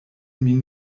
min